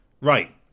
right